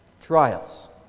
trials